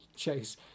chase